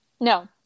No